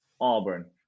Auburn